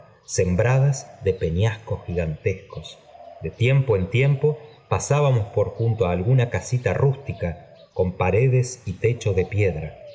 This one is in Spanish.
sembradas de peñascos gigantescos de tiempo en tiempo pasábamos por junto á alguna casita rústica con paredes y techo de piedra